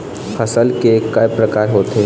फसल के कय प्रकार होथे?